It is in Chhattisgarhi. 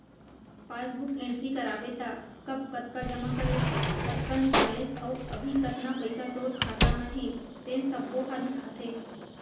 पासबूक एंटरी कराबे त कब कतका जमा करेस, कतका निकालेस अउ अभी कतना पइसा तोर खाता म हे तेन सब्बो ह लिखाथे